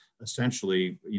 essentially